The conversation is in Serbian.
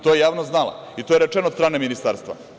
To je javnost znala i to je rečeno od strane ministarstva.